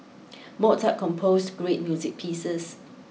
Mozart composed great music pieces